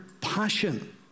passion